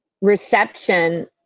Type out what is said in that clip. reception